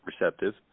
receptive